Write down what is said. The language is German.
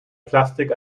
plastik